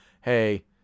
hey